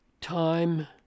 time